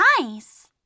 nice